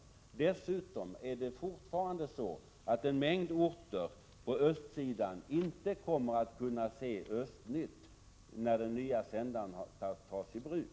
Dessutom är det fortfarande så att en mängd orter på östsidan av Sverige inte kommer att kunna se Östnytt, när den nya sändaren tas i bruk.